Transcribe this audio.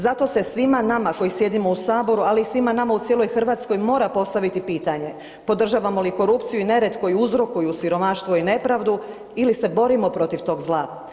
Zato se svima nama koji sjedimo u saboru, ali i svima nama u cijeloj RH mora postaviti pitanje, podržavamo li korupciju i nered koji uzrokuju siromaštvo i nepravdu ili se borimo protiv tog zla?